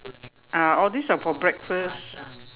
ah all these are for breakfast